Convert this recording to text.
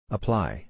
Apply